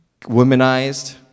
womanized